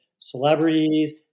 celebrities